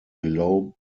below